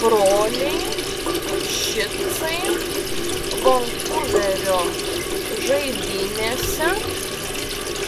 broliai šicai vankuverio žaidynėse